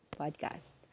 podcast